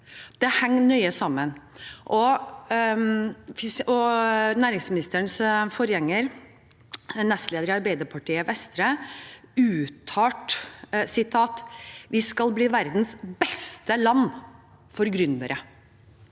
Det henger nøye sammen. Næringsministerens forgjenger, nestleder i Arbeiderpartiet Jan Christian Vestre, uttalte at vi skal bli verdens beste land for gründere,